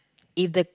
if the